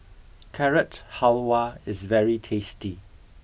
carrot halwa is very tasty